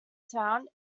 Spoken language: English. town